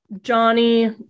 Johnny